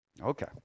okay